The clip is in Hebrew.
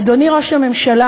אדוני ראש הממשלה,